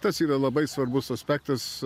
tas yra labai svarbus aspektas